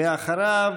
ואחריו,